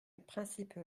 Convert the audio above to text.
principe